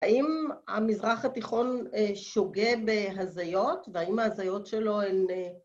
‫האם המזרח התיכון שוגא בהזיות, ‫והאם ההזיות שלו הן...